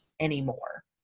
anymore